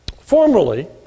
formerly